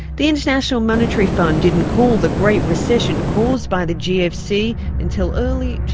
the international monetary fund didn't call the great recession caused by the gfc until early,